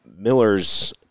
Miller's